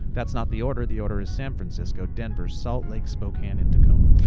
that's not the order, the order is san francisco, denver, salt lake, spokane and tacoma.